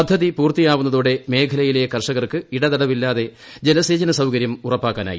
പദ്ധതി പൂർത്തിയാവുന്നതോടെ മേഖലയിലെ കർഷകർക്ക് ഇടതടവില്ലാതെ ജലസേചന സൌകര്യം ഉറപ്പാക്കാനായി